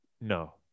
no